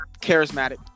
charismatic